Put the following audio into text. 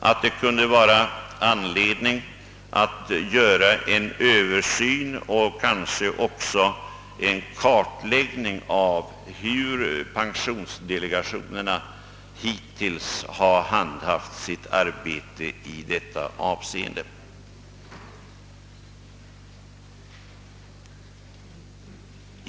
att det kunde finnas anledning att göra en översyn och kanske också en kartläggning av hur pensionsdelegationerna hittills har handhaft sitt arbete.